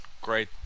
Great